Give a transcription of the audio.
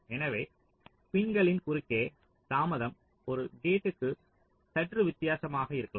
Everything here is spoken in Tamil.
எனவே பின்களின் குறுக்கே தாமதம் ஒரு கேட்க்கு சற்று வித்தியாசமாக இருக்கலாம்